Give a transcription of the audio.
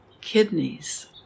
kidneys